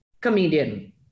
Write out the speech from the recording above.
comedian